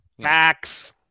Facts